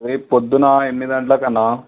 రేపు పొద్దున ఎనిమిది గంటలకు అన్న